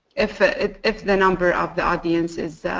if ah if the number of the audience is,